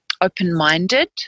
open-minded